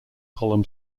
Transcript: column